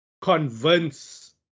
convince